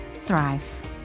thrive